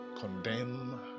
condemn